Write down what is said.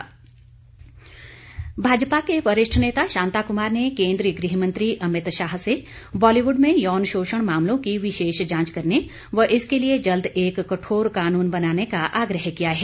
शांता कुमार भाजपा के वरिष्ठ नेता शांता कुमार ने केन्द्रीय गृह मंत्री अमित शाह से बॉलीवुड में यौन शोषण मामलों की विशेष जांच करने व इसके लिए जल्द एक कठोर कानून बनाने का आग्रह किया है